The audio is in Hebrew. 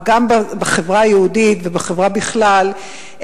בחברה היהודית ובחברה בכלל,